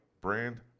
brand